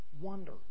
wonder